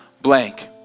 blank